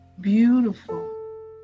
beautiful